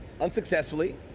Unsuccessfully